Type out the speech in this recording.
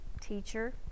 teacher